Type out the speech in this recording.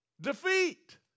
defeat